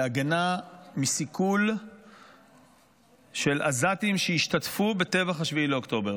להגנה מסיכול של עזתים שהשתתפו בטבח 7 באוקטובר.